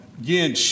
Again